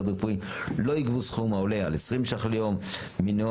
הרפואי לא יגבו סכום העולה על 20 שקל ליום מנוהג